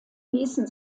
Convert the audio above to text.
ließen